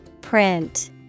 Print